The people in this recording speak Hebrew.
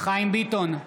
חיים ביטון,